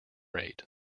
rate